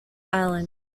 island